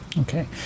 Okay